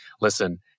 listen